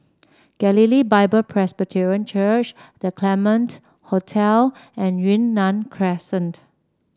Galilee Bible Presbyterian Church The Claremont Hotel and Yunnan Crescent